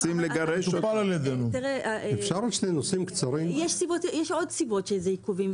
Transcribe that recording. יש עוד סיבות לעיכובים.